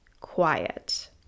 quiet